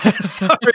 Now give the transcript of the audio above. sorry